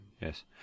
Yes